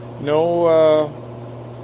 No